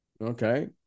okay